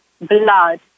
blood